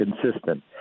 consistent